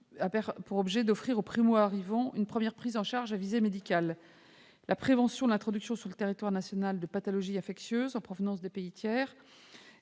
pour objet d'offrir aux primoarrivants une première prise en charge à visée médicale, la prévention de l'introduction sur le territoire national de pathologies infectieuses en provenance de pays tiers